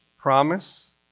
promise